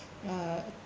uh